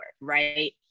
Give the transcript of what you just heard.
right